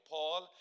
Paul